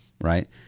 right